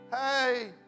hey